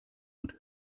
und